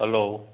hello